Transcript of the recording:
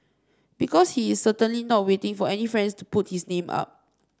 because he is certainly not waiting for any friends to put his name up